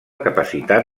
capacitat